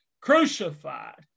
crucified